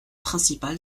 principal